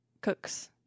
cooks